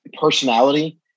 personality